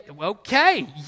okay